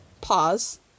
pause